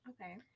Okay